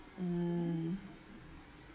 mm